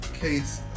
case